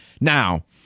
Now